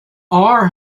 are